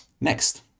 Next